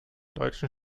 deutschen